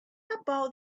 about